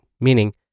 meaning